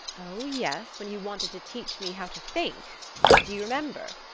oh, yes, when you wanted to teach me how to think do you remember?